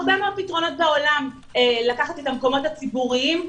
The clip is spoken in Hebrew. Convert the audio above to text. לקחת מקומות ציבוריים,